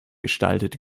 gestaltet